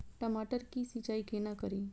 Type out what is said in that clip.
टमाटर की सीचाई केना करी?